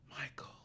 Michael